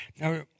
Now